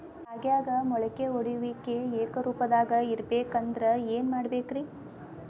ರಾಗ್ಯಾಗ ಮೊಳಕೆ ಒಡೆಯುವಿಕೆ ಏಕರೂಪದಾಗ ಇರಬೇಕ ಅಂದ್ರ ಏನು ಮಾಡಬೇಕ್ರಿ?